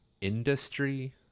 industry